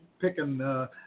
Picking